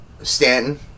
Stanton